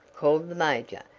called the major,